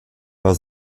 war